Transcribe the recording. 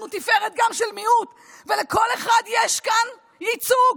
אנחנו תפארת גם של מיעוט, ולכל אחד יש כאן ייצוג.